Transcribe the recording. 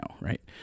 right